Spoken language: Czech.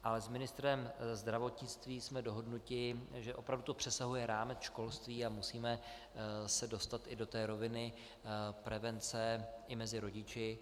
S ministrem zdravotnictví jsme dohodnuti, že opravdu to přesahuje rámec školství a musíme se dostat i do té roviny prevence i mezi rodiči.